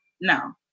no